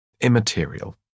immaterial